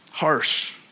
harsh